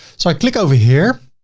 so i click over here.